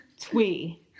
twee